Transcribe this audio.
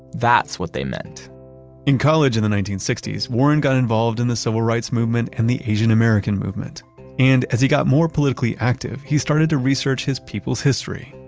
that's what they meant in college in the nineteen sixty s, warren got involved in the civil rights movement and the asian-american movement and as he got more politically active, he started to research his people's history.